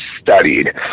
studied